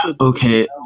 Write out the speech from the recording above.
Okay